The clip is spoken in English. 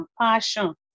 passion